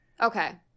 Okay